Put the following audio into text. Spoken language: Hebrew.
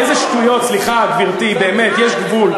איזה שטויות, סליחה, גברתי, באמת, יש גבול.